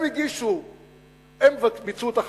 הם ביצעו את החקירה,